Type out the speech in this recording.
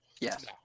Yes